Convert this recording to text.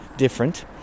different